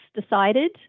decided